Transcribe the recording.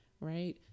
right